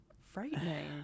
frightening